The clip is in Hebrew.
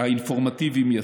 האינפורמטיביים יותר.